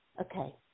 Okay